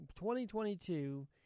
2022